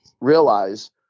realize